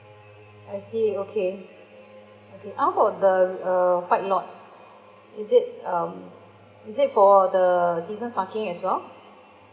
I see okay okay how about the uh white lots is it um is it for the season parking as well